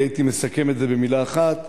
הייתי מסכם את זה במלה אחת,